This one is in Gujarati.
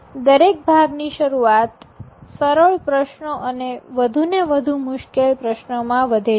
દરેક ભાગની શરૂઆત સરળ પ્રશ્નો અને વધુને વધુ મુશ્કેલ પ્રશ્નોમાં વધે છે